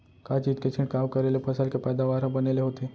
का चीज के छिड़काव करें ले फसल के पैदावार ह बने ले होथे?